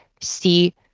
see